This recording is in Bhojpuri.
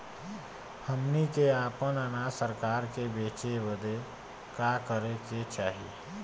हमनी के आपन अनाज सरकार के बेचे बदे का करे के चाही?